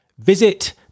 visit